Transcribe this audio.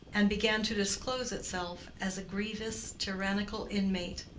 and began to disclose itself as a grievous tyrannical inmate.